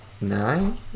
nine